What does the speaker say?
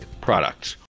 Products